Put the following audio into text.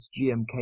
GMK